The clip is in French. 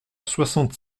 soixante